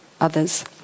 others